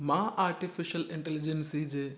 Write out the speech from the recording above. मां artificial intelligence जे